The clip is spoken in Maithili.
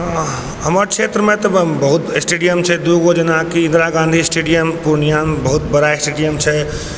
हमर क्षेत्रमे तऽ बहुत स्टेडियम छै दू गो जेनाकि इन्दिरा गाँधी स्टेडियम पूर्णियामे बहुत बड़ा स्टेडियम छै